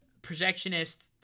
Projectionist